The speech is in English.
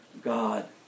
God